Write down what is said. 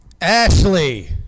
Ashley